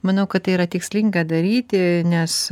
manau kad tai yra tikslinga daryti nes